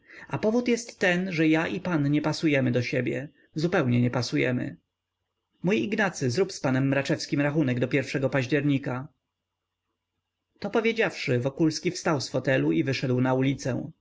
a powód jest ten że ja i pan nie pasujemy do siebie zupełnie nie pasujemy mój ignacy zrób z panem mraczewskim rachunek do pierwszego października to powiedziawszy wokulski wstał z fotelu i wyszedł na ulicę